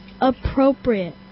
Appropriate